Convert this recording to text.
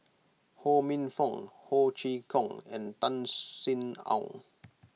Ho Minfong Ho Chee Kong and Tan Sin Aun